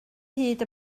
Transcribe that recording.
hyd